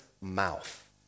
mouth